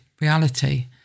reality